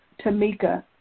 Tamika